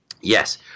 Yes